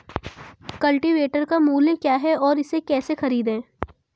Cultivator का मूल्य क्या है और इसे कैसे खरीदें?